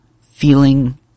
feeling